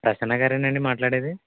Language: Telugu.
ప్రస్సన్న గారేనా అండి మాట్లాడేది